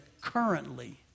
currently